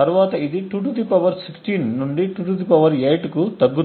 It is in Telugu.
తరువాత ఇది 2 16 నుండి 2 8 కు తగ్గుతుంది